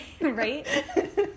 Right